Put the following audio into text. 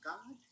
God